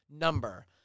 number